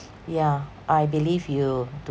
yeah I believe you